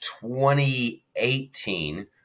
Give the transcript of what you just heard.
2018